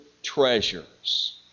treasures